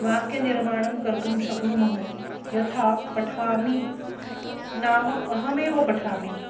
वाक्यनिर्माणं कर्तुं शक्नुमः यथा पठामि नाम अहमेव पठामि